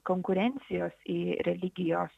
konkurencijos į religijos